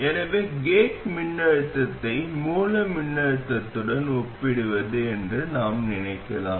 எனவே கேட் மின்னழுத்தத்தை மூல மின்னழுத்தத்துடன் ஒப்பிடுவது என்று நாம் நினைக்கலாம்